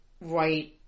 right